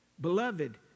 Beloved